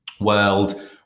world